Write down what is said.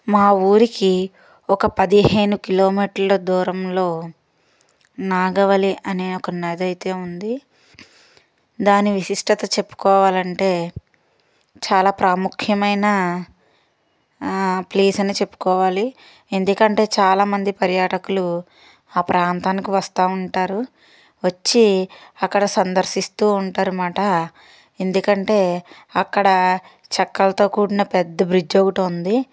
మా ఊరికి ఒక పదిహేను కిలోమీటర్ల దూరంలో నాగవల్లి అనే ఒక నది అయితే ఉంది దాని విశిష్టత చెప్పుకోవాలంటే చాలా ప్రాముఖ్యమైన ప్లేస్ అని చెప్పుకోవాలి ఎందుకంటే చాలామంది పర్యాటకులు ఆ ప్రాంతానికి వస్తా ఉంటారు వచ్చి అక్కడ సందర్శిస్తూ ఉంటారు అనమాట ఎందుకంటే అక్కడ చెక్కలతో కూడిన పెద్ద బ్రిడ్జ్ ఒకటి ఉంది